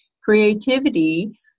Creativity